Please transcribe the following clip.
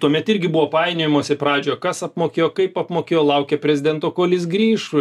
tuomet irgi buvo painiojimosi pradžią kas apmokėjo kaip apmokėjo laukė prezidento kol jis grįš